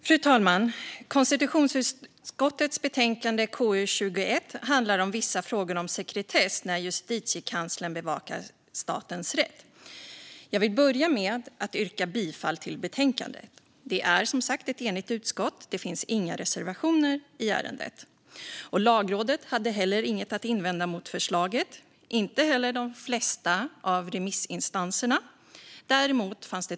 Fru talman! Konstitutionsutskottets betänkande KU18 handlar om vissa frågor om sekretess när Justitiekanslern bevakar statens rätt. Jag yrkar bifall till utskottets förslag. Utskottet är som sagt enigt, och det finns inga reservationer. Lagrådet hade heller inget att invända mot förslaget, inte heller de flesta remissinstanser.